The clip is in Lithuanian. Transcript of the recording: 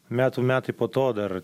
metų metai po to dar